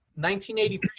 1983